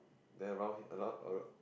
then around a around a